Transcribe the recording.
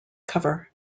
cover